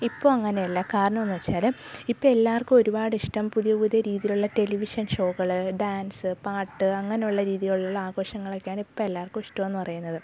ഇപ്പോൾ അങ്ങനെയല്ല കാരണമെന്ന് വെച്ചാൽ ഇപ്പം എല്ലാവർക്കും ഒരുപാട് ഇഷ്ടം പുതിയ പുതിയ രീതിയിലുള്ള ടെലിവിഷൻ ഷോകൾ ഡാൻസ് പാട്ട് അങ്ങനെയുള്ള രീതിയിലുള്ള ആഘോഷങ്ങളൊക്കെയാണ് ഇപ്പം എല്ലാവർക്കും ഇഷ്ടം എന്നു പറയുന്നത്